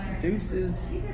Deuces